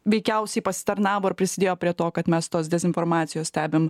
veikiausiai pasitarnavo ir prisidėjo prie to kad mes tos dezinformacijos stebim